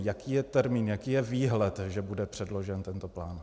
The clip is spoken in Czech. Jaký je termín, jaký je výhled, že bude předložen tento plán?